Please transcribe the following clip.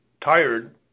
tired